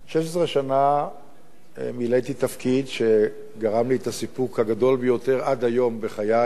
16 שנה מילאתי תפקיד שגרם לי את הסיפוק הגדול ביותר עד היום בחיי,